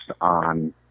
on